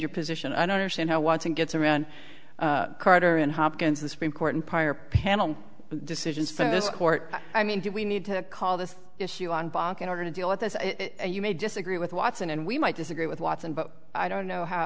your position i don't understand how watson gets around carter and hopkins the supreme court and prior panel decisions from this court i mean do we need to call this issue on bach in order to deal with this you may disagree with watson and we might disagree with watson but i don't know how